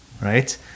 right